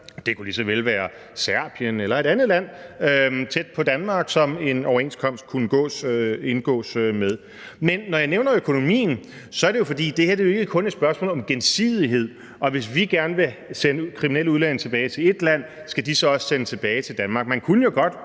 vel kunne være Serbien eller et andet land tæt på Danmark, som en overenskomst kunne indgås med. Men når jeg nævner økonomien, er det jo, fordi det her ikke kun er et spørgsmål om gensidighed, og om et land, hvis vi gerne vil sende kriminelle udlændinge ud til et land, også skal sende nogle tilbage til Danmark.